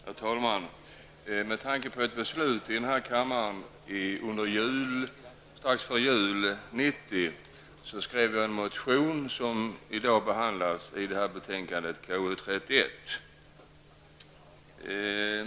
Herr talman! Med tanke på ett beslut här i kammaren strax före jul 1990 skrev jag en motion som behandlas i konstitutionsutskottets betänkande 31.